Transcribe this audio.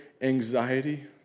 anxiety